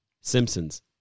Simpsons